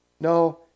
No